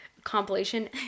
Compilation